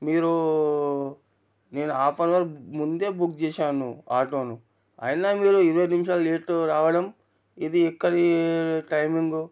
మీరూ నేను half an hour ముందే బుక్ చేశాను ఆటోను అయినా మీరు ఇరవై నిమిషాలు లేటు రావడం ఇది ఎక్కడి టైమింగు